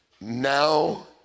now